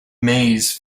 maze